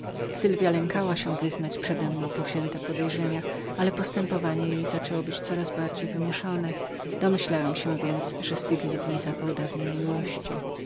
sylwia lękała się wyznać przedemną powziętych podejrzeń ale postępowanie jej zaczęło być coraz bardziej wymuszonem domyślałem się więc że stygnął w niej zapał dawnej miłości